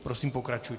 Prosím, pokračujte.